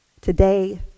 today